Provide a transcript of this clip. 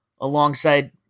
Alongside